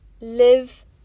live